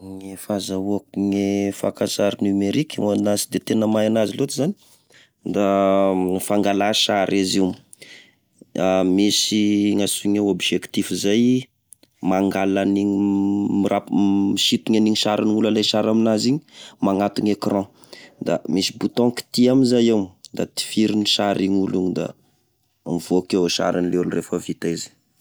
E fahazaoako e fakasary numerika ho anahy tsy de tena mahay anazy lôtry zany: da fangala sary izy io, da misy ny antsoina objectif zay; mangala an'iny, mrap- misintony an'iny sarin' olo alay sary aminazy igny magnatona ecran, da misy bouton kity amizay eo, da tifiriny sary igny olo iny da, mivoaka eo e sarin'ny le olo refa vita izy.